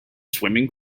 swimming